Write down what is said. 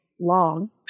long